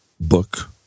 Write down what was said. book